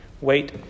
Wait